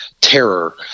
terror